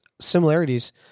similarities